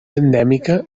endèmica